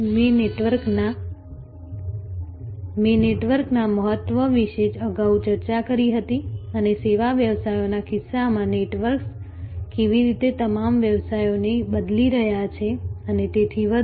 મેં નેટવર્કના મહત્વ વિશે અગાઉ ચર્ચા કરી હતી અને સેવા વ્યવસાયોના કિસ્સામાં નેટવર્ક્સ કેવી રીતે તમામ વ્યવસાયોને બદલી રહ્યા છે અને તેથી વધુ